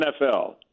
NFL